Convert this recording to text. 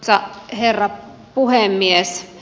arvoisa herra puhemies